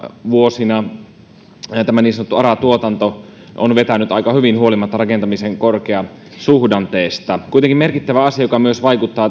vuosina niin sanottu ara tuotanto on vetänyt aika hyvin huolimatta rakentamisen korkeasuhdanteesta kuitenkin merkittävä asia joka myös vaikuttaa